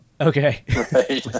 Okay